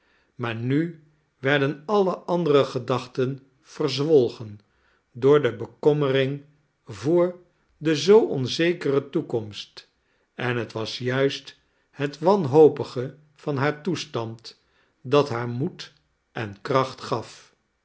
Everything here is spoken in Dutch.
maar nu werden alle andere gedachten verzwolgen door de bekommering voor de zoo onzekere toekomst en het was juist hetwanhopige van haar toestand dat haar moed en kracht gaf